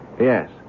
Yes